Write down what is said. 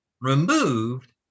removed